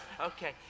okay